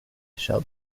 shall